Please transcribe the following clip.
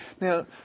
Now